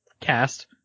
Cast